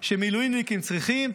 שמילואימניקים צריכים,